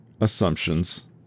Assumptions